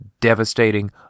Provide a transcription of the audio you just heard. devastating